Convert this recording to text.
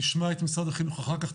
נשמע את משרד החינוך אחר כך.